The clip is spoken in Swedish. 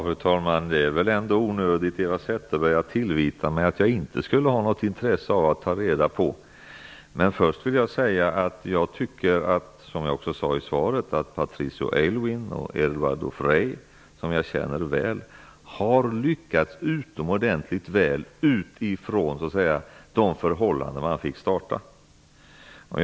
Fru talman! Det är väl ändå onödigt, Eva Zetterberg, att tillvita mig att jag inte skulle ha något intresse av att ta reda på hur det förhåller sig. Först vill jag säga att jag tycker, vilket jag också sade i svaret, att Patricio Aylwin och Eduardo Frei, som jag känner väl, har lyckats utomordentligt utifrån den situation de fick starta med.